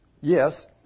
Yes